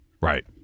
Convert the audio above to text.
Right